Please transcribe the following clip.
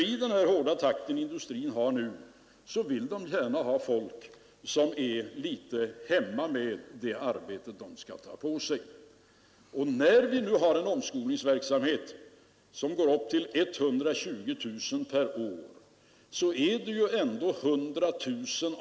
I den höga takt som industrin har nu vill man gärna ha folk som är litet hemmastadda i det arbete som de skall ta på sig. 120 000 personer per år får omskolning.